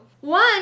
One